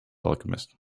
alchemist